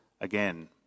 again